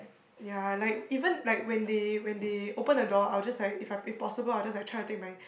ya like even like when they when they open the door I'll just like if I possible I'll just like try to take my